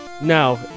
Now